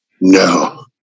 no